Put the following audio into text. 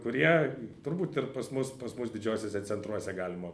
kurie turbūt ir pas mus pas mus didžiuosiuose centruose galima